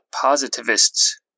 positivists